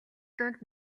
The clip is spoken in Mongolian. дунд